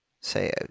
Say